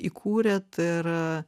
įkūrėt ir